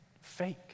fake